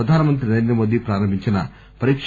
ప్రధాన మంత్రి నరేంద్ర మోదీ ప్రారంభించిన పరీక